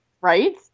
Right